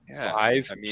five